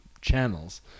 channels